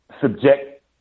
subject